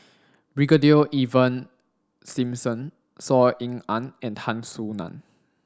Brigadier Ivan Simson Saw Ean Ang and Tan Soo Nan